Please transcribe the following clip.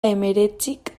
hemeretzik